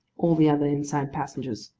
all the other inside passengers.